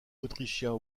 autrichien